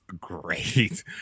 great